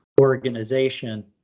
organization